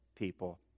people